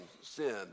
sin